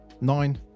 Nine